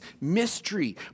mystery